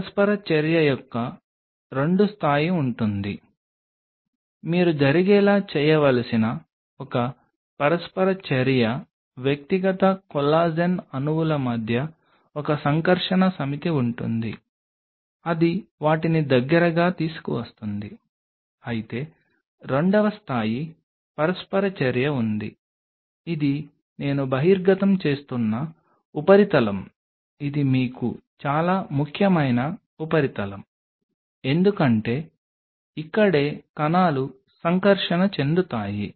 పరస్పర చర్య యొక్క 2 స్థాయి ఉంటుంది మీరు జరిగేలా చేయవలసిన ఒక పరస్పర చర్య వ్యక్తిగత కొల్లాజెన్ అణువుల మధ్య ఒక సంకర్షణ సమితి ఉంటుంది అది వాటిని దగ్గరగా తీసుకువస్తుంది అయితే రెండవ స్థాయి పరస్పర చర్య ఉంది ఇది నేను బహిర్గతం చేస్తున్న ఉపరితలం ఇది మీకు చాలా ముఖ్యమైన ఉపరితలం ఎందుకంటే ఇక్కడే కణాలు సంకర్షణ చెందుతాయి